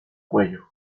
cuello